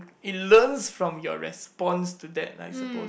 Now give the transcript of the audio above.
it learns from your response to that I suppose